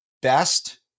best